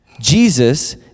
Jesus